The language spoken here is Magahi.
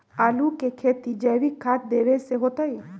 आलु के खेती जैविक खाध देवे से होतई?